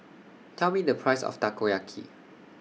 Tell Me The Price of Takoyaki